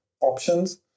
options